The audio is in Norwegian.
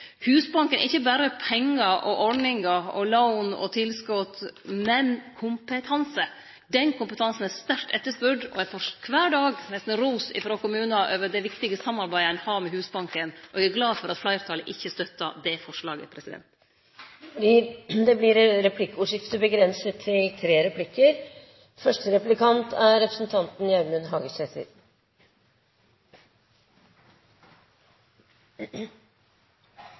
Husbanken er ikkje berre pengar, ordningar, lån og tilskot, men òg kompetanse. Den kompetansen er sterkt etterspurd, og eg får nesten kvar dag ros frå kommunar for det viktige samarbeidet ein har med Husbanken. Eg er glad for at fleirtalet ikkje støttar det forslaget. Det blir replikkordskifte. Statsråden sa i innlegget sitt at det ikkje er staten som skal styre bustadpolitikken og bustadutviklinga. Vi er